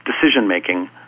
decision-making